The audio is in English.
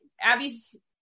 abby's